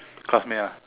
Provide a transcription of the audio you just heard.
classmate ah